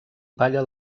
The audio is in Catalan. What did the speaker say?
palla